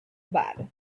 bad